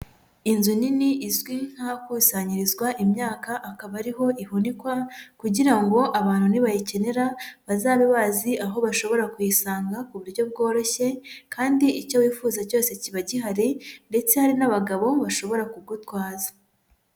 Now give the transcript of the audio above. Inzu nini izwi nk'ahakusanyirizwa imyaka akaba ari ho ihunikwa, kugira ngo abantu nibayikenera bazabe bazi aho bashobora kuyisanga ku buryo bworoshye, kandi icyo wifuza cyose kiba gihari, ndetse hari n'abagabo bashobora kugutwaza.